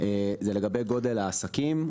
זה לגבי גודל העסקים,